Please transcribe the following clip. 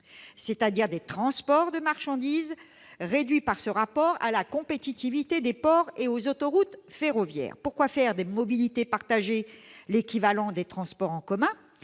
question du transport de marchandises, réduite par ce rapport à celles de la compétitivité des ports et des autoroutes ferroviaires ? Pourquoi faire des « mobilités partagées » l'équivalent des transports en commun,